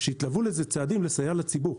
שיתלוו לזה צעדים לסייע לציבור.